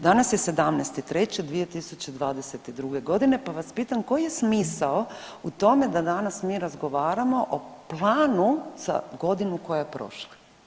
Danas je 17.3.2022.g. pa vas pitam koji je smisao u tome da danas mi razgovaramo o planu za godinu koja je prošla?